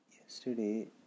Yesterday